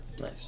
Nice